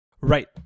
Right